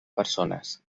persones